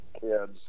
kids